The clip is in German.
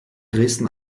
dresden